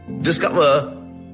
Discover